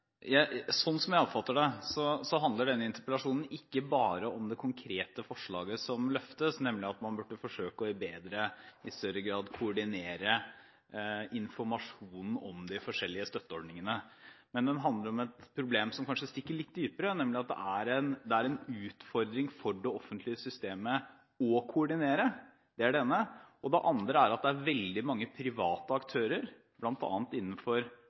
Jeg vil først takke interpellanten for en viktig interpellasjon. Slik som jeg oppfatter det, handler denne interpellasjonen ikke bare om det konkrete forslaget som løftes, nemlig at man burde forsøke i større grad å koordinere informasjonen om de forskjellige støtteordningene, men den handler om et problem som kanskje stikker litt dypere, nemlig at det er en utfordring for det offentlige systemet å koordinere. Det er det ene. Det andre er at det er veldig mange private og ideelle aktører bl.a. innenfor